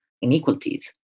inequalities